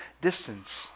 distance